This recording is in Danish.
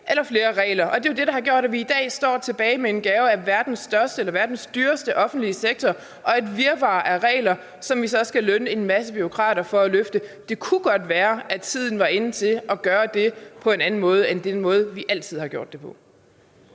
eller flere regler. Det er jo det, der har gjort, at vi i dag står tilbage med en gave af verdens dyreste offentlige sektor og et virvar af regler, som vi så skal lønne en masse bureaukrater for at løfte. Det kunne godt være, at tiden var inde til at gøre det på en anden måde end den måde, vi altid har gjort det på.